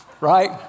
right